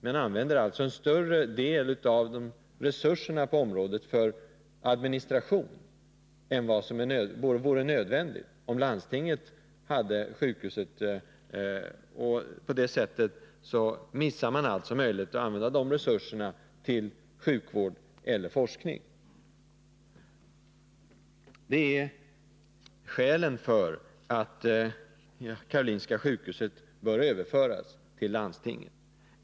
Man använder alltså en större del av resurserna på området för administration än vad som vore nödvändigt om landstinget drev sjukhuset. På det sättet missar man möjligheten att använda de resurserna till sjukvård eller forskning. Detta är skälen för att Karolinska sjukhuset bör överföras till landstinget.